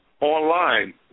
online